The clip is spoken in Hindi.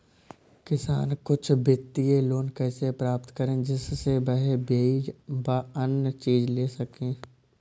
किसान कुछ वित्तीय लोन कैसे प्राप्त करें जिससे वह बीज व अन्य चीज ले सके?